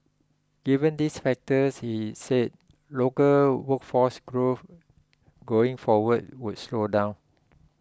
given these factors he said local workforce growth going forward would slow down